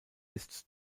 ist